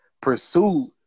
Pursue